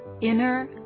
Inner